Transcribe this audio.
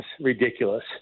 ridiculous